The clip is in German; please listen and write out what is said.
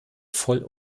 voll